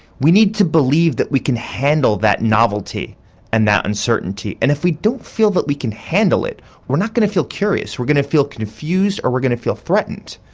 we need to believe that we can handle that novelty and that uncertainty, and if we don't feel that we can handle it we're not going to feel curious we're going to feel confused or we're going to feel threatened.